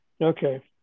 Okay